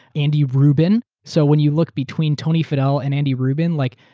andy rubin, so when you look between tony faddel and andy rubin, like